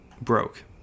broke